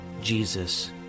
Jesus